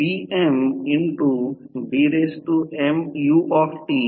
866 ampere आणि I c 200400